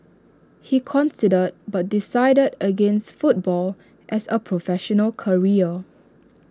he considered but decided against football as A professional career